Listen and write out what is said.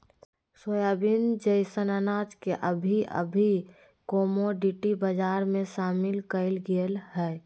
soybean जैसन अनाज के अभी अभी कमोडिटी बजार में शामिल कइल गेल हइ